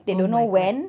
oh my god